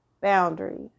boundaries